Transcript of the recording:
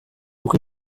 uko